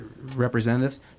representatives